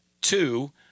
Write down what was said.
two